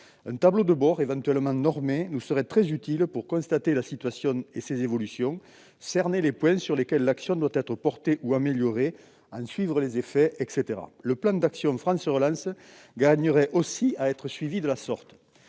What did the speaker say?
Un tableau de bord, éventuellement normé, nous serait très utile pour constater la situation et ses évolutions, cerner les points sur lesquels l'action doit être portée ou améliorée, en suivre les effets, etc. Le plan d'action France Relance gagnerait aussi à être suivi de la sorte.